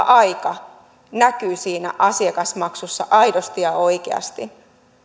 aika näkyvät siinä asiakasmaksussa aidosti ja oikeasti